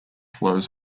flows